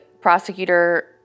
prosecutor